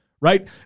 right